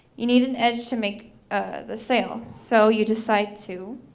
you need an edge to make the sale so you decide to